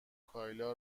کایلا